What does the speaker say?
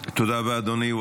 תודה רבה, אדוני.